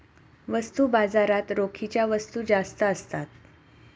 वस्तू बाजारात रोखीच्या वस्तू जास्त असतात